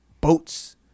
boats